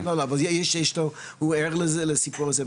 כי גם המשכורות שלנו הן מאוד מאוד נמוכות.